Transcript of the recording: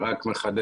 אני רק מחדד.